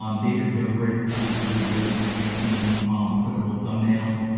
um david dobrik is really good at making um clickable thumbnails.